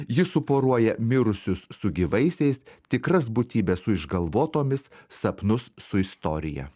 ji suporuoja mirusius su gyvaisiais tikras būtybes su išgalvotomis sapnus su istorija